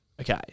okay